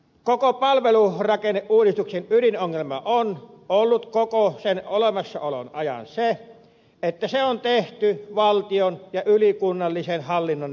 koko palvelurakenneuudistuksen ydinongelma on ollut koko sen olemassaolon ajan se että se on tehty valtion ja ylikunnallisen hallinnon näkökulmasta